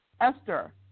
Esther